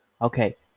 Okay